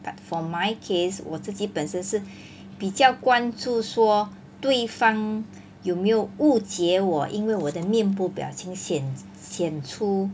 but for my case 我自己本身是比较关注说对方有没有误解我因为我的面部表情显显出